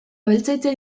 abeltzaintza